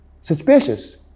suspicious